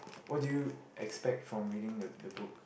what do you expect from reading the the book